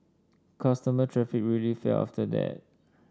customer traffic really fell after that